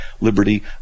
liberty